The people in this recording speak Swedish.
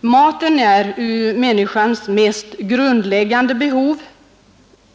Maten är människans mest grundläggande behov.